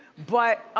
but,